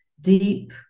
deep